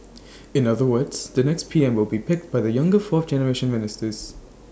in other words the next P M will be picked by the younger fourth generation ministers